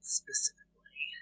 specifically